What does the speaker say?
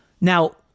Now